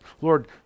Lord